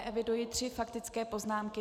Eviduji tři faktické poznámky.